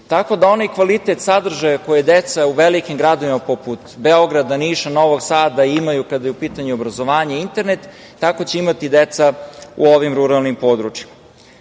tako da onaj kvalitet sadržaja koje deca u velikim gradovima poput Beograda, Niša, Novog Sada imaju, kada je u pitanju obrazovanje i internet, tako će imati deca u ovim ruralnim područjima. Pored